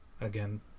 Again